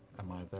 am i